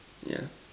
yeah